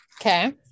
okay